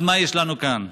אז מה יש לנו כאן?